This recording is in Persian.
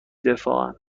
دفاعن